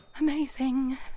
Amazing